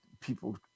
People